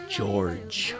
George